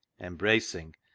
embracing